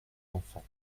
enfant